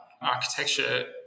architecture